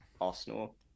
Arsenal